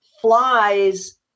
flies